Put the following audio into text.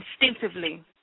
instinctively